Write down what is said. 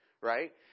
right